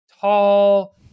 tall